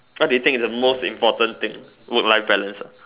what do you think it's the most important thing work life balance ah